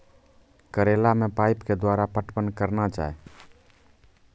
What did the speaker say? करेला मे पाइप के द्वारा पटवन करना जाए?